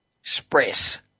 Express